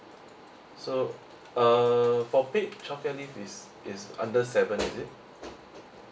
so uh for paid child care leave is is under seven is it